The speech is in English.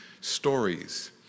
stories